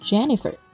Jennifer